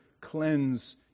cleanse